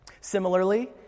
Similarly